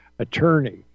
Attorney